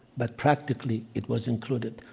but practically, it was included.